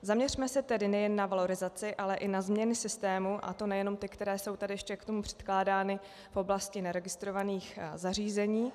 Zaměřme se tedy nejen na valorizaci, ale i na změny systému, a to nejenom ty, které jsou tady ještě k tomu předkládány v oblasti neregistrovaných zařízení.